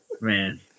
Man